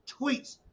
tweets